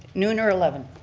noon or eleven